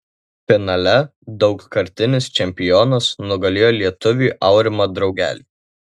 finale daugkartinis čempionas nugalėjo lietuvį aurimą draugelį